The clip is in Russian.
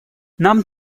нам